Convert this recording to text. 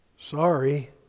sorry